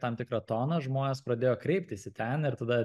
tam tikrą toną žmonės pradėjo kreiptis į ten ir tada